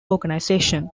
organization